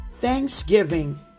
thanksgiving